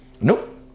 Nope